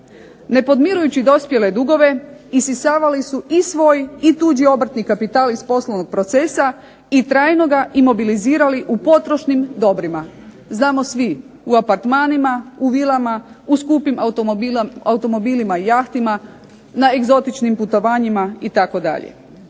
ne podmirujući dospjele dugove isisali su i svoj i tuđ obrtni kapital iz poslovnog procesa i trajno ga imobilizirali u potrošnim dobrima. Znamo svi u apartmanima, u vilama, u skupim automobilima i jahtama, na egzotičnim putovanjima itd.